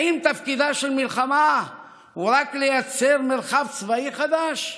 האם תפקידה של מלחמה הוא רק לייצר מרחב צבאי חדש,